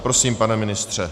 Prosím, pane ministře.